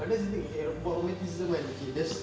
that's the thing okay about romanticism kan okay there's